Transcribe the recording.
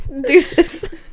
Deuces